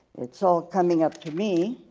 it's all coming up to me.